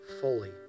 fully